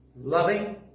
loving